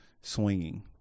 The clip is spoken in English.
swinging